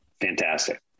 Fantastic